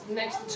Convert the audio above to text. next